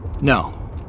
No